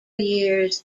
years